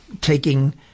taking